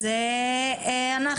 אנחנו